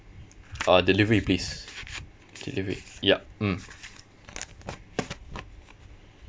uh delivery please delivery yup mm